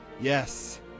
Yes